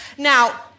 Now